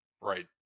Right